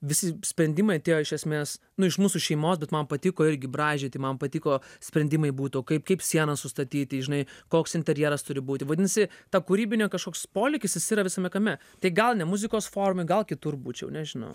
visi sprendimai atėjo iš esmės nu iš mūsų šeimos bet man patiko irgi braižyti man patiko sprendimai būtų o kaip kaip sienas sustatyti žinai koks interjeras turi būti vadinasi ta kūrybinio kažkoks polėkis jis yra visame kame tai gal ne muzikos formoj gal kitur būčiau nežinau